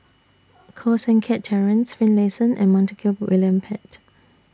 Koh Seng Kiat Terence Finlayson and Montague William Pett